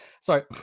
sorry